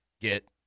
get